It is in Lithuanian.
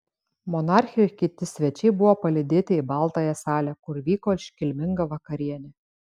monarchė ir kiti svečiai buvo palydėti į baltąją salę kur vyko iškilminga vakarienė